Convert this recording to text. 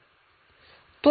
તો તમે તેને કઈ રીતે ઉકેલશો